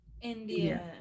india